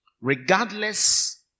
Regardless